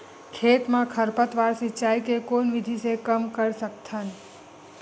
खेत म खरपतवार सिंचाई के कोन विधि से कम कर सकथन?